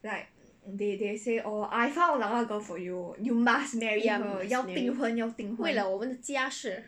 must marry 为了我们的家事